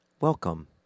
Welcome